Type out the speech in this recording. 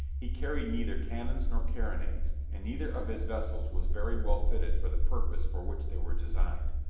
he carried neither cannons nor carronades, and neither of his vessels was very well fitted for the purpose for which they were designed.